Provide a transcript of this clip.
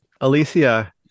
Alicia